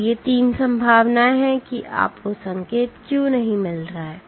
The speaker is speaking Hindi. तो ये 3 संभावनाएं हैं कि आपको संकेत क्यों नहीं मिल रहा है